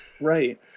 Right